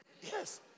Yes